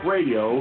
Radio